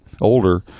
older